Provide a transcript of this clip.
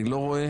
אני לא רואה.